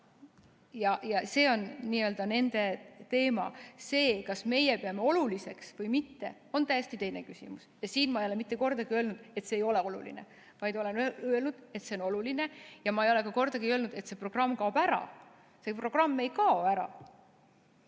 Ja see on nende teema. See, kas meie peame oluliseks või mitte, on täiesti teine küsimus. Ja siin ma ei ole mitte kordagi öelnud, et see ei ole oluline, vaid olen öelnud, et see on oluline. Ma ei ole kordagi öelnud, et see programm kaob ära. See programm ei kao ära.